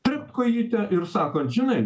trept kojyte ir sakot žinai